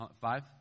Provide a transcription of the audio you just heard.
Five